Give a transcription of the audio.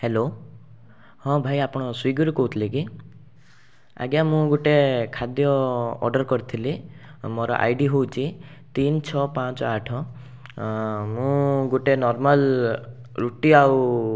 hello ହଁ ଭାଇ ଆପଣ ସ୍ଵିଗୀରୁ କହୁଥିଲେ କି ଆଜ୍ଞା ମୁଁ ଗୋଟେ ଖାଦ୍ୟ ଅର୍ଡ଼ର୍ କରିଥିଲି ମୋର ଆଇ ଡ଼ି ହେଉଛି ତିନ ଛଅ ପାଞ୍ଚ ଆଠ ମୁଁ ଗୋଟେ ନର୍ମାଲ୍ ରୁଟି ଆଉ